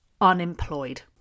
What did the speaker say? unemployed